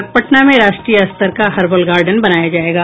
और पटना में राष्ट्रीय स्तर का हर्बल गार्डन बनाया जायेगा